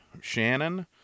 Shannon